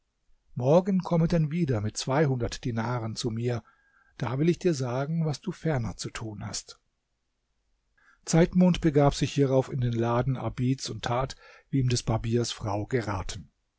morgen komme dann wieder mit zweihundert dinaren zu mir da will ich dir sagen was du ferner zu tun hast zeitmond begab sich hierauf in den laden abids und tat wie ihm des barbiers frau geraten